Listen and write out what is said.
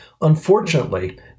Unfortunately